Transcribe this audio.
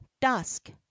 Dusk